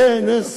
זה נס.